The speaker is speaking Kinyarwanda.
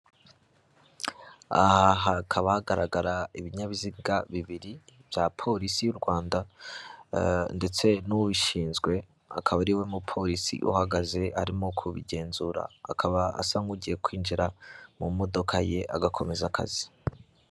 Aha hakaba hagaragara ibinyabiziga bibiri bya polisi y'u Rwanda ndetse n'ubishinzwe, akaba ari we mupolisi uhagaze arimo kubigenzura, akaba asa nk'ugiye kwinjira mu modoka ye agakomeza akazi.